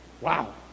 Wow